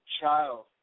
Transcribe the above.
child